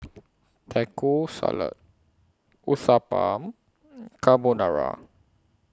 Taco Salad Uthapam Carbonara